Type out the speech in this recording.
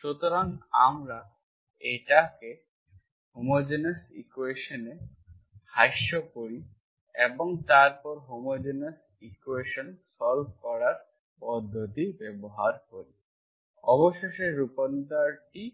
সুতরাং আমরা এটিকে হোমোজেনিয়াস ইকুয়েশনে হ্রাস করি এবং তারপর হোমোজেনিয়াস ইকুয়েশন সল্ভ করার পদ্ধতিটি ব্যবহার করি অবশেষে রূপান্তরটি